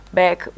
back